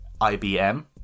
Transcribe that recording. IBM